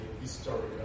historical